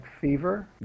Fever